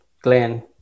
Glenn